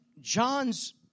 John's